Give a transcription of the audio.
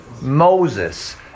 Moses